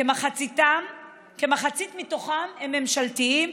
כמחצית מהם ממשלתיים,